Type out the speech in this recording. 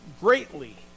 greatly